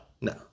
No